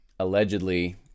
allegedly